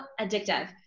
addictive